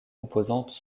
composantes